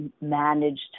managed